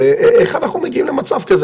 ואיך אנחנו מגיעים למצב כזה?